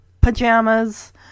pajamas